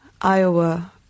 Iowa